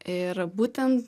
ir būtent